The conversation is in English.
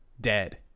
dead